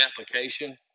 application